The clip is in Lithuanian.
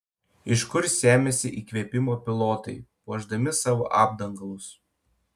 iš kur semiasi įkvėpimo pilotai puošdami savo apdangalus